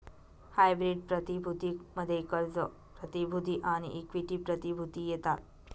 hybrid प्रतिभूती मध्ये कर्ज प्रतिभूती आणि इक्विटी प्रतिभूती येतात